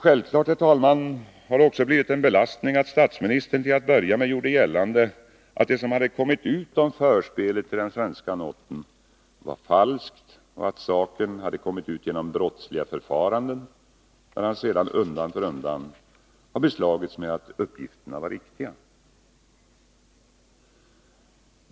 Självfallet, herr talman, har det också blivit en belastning att statsministern till att börja med gjorde gällande, att det som hade kommit ut om förspelet till den svenska noten var ”falskt” och att saken hade kommit ut genom ”brottsliga förfaranden”, när han sedan undan för undan har beslagits med att uppgifterna var riktiga.